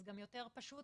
אז גם יותר פשוט